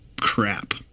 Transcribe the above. crap